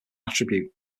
attribute